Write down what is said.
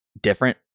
Different